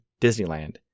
Disneyland